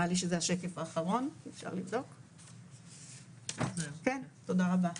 נראה לי שזה השקף האחרון, כן תודה רבה.